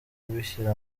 kubishyira